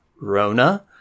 Rona